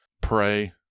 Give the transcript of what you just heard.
pray